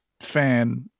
fan